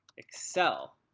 excel